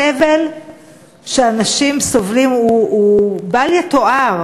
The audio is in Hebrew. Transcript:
הסבל שאנשים סובלים הוא בל-יתואר,